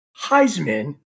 Heisman